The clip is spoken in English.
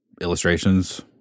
illustrations